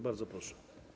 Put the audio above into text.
Bardzo proszę.